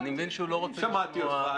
שמעתי אותך.